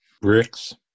bricks